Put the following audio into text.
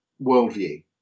worldview